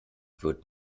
wird